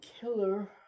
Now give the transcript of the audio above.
killer